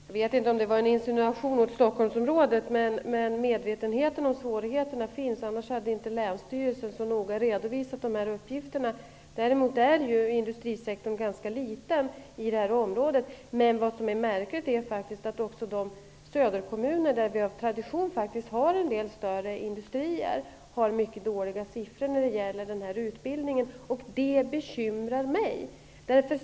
Fru talman! Jag vet inte om det var en insinuation som gällde Stockholmsområdet, men medvetenheten om svårigheterna finns. Annars hade inte Länsstyrelsen så noga redovisat dessa uppgifter. Industrisektorn ganska liten i detta område. Men det är märkligt att det i de söderkommuner där det av tradition finns en del större industrier är mycket dåliga siffror när det gäller denna utbildning. Det bekymrar mig.